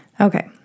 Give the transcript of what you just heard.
Okay